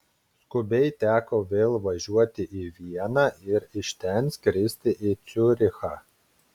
skubiai teko vėl važiuoti į vieną ir iš ten skristi į ciurichą